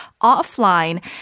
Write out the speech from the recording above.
offline